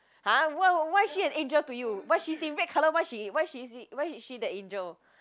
[huh] why why she's an angel to you but she's in red colour why she why she why is she the angel